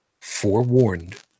Forewarned